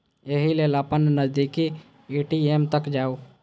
एहि लेल अपन नजदीकी ए.टी.एम तक जाउ